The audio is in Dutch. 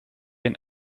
een